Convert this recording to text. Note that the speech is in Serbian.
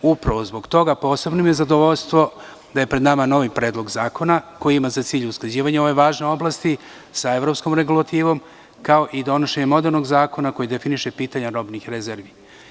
Upravo zbog svega toga, posebno mi je zadovoljstvo da je pred nama novi Predlog zakona koji ima za cilj usklađivanje ove važne oblasti sa evropskom regulativom, kao i donošenje modernog zakona koji definiše pitanja robnih rezervi.